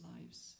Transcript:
lives